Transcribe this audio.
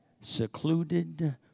secluded